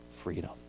freedom